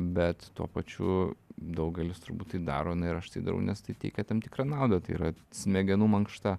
bet tuo pačiu daugelis turbūt tai daro na ir aš tai darau nes tai teikia tam tikrą naudą tai yra smegenų mankšta